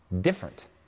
different